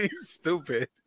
stupid